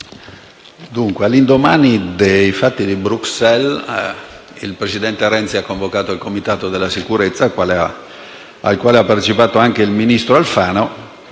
all'indomani dei fatti di Bruxelles il presidente Renzi ha convocato il Comitato per la sicurezza, al quale ha partecipato anche il ministro Alfano.